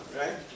right